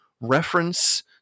reference